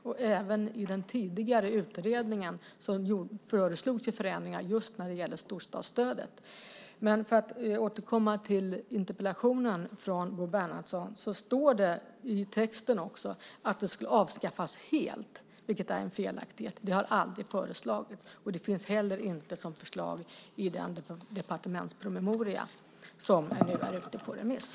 Det föreslogs ju också förändringar i den tidigare utredningen just när det gäller storstadsstödet. För att återkomma till Bo Bernhardssons interpellation står det i texten att det skulle avskaffas helt, vilket är en felaktighet. Det har aldrig föreslagits, och det finns inte heller som förslag i den departementspromemoria som nu är ute på remiss.